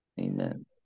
Amen